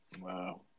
Wow